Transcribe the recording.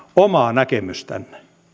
omaa näkemystänne